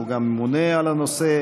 שהוא גם הממונה על הנושא,